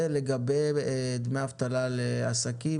ולגבי דמי אבטלה לעסקים,